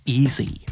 easy